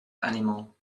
animal